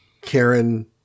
Karen